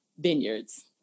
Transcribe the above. Vineyards